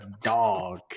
dog